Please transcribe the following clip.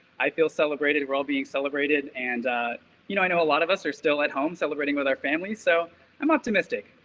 i feel celebrated, we're all being celebrated. and you know i know a lot of us are still at home, celebrating with their families, so i'm optimistic.